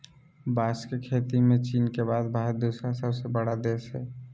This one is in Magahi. बांस के खेती में चीन के बाद भारत दूसरा सबसे बड़ा देश हइ